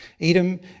Edom